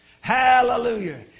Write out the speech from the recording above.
Hallelujah